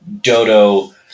Dodo